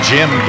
Jim